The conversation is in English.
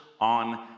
on